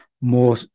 more